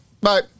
Bye